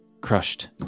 crushed